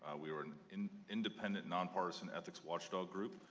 ah we were an and independent nonpartisan watchdog group.